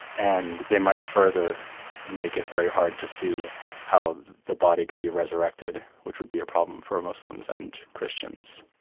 and they might further make it very hard to see how the body could be resurrected, which would be a problem for muslims and christians.